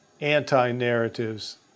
anti-narratives